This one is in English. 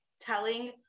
telling